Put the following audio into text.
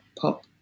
pop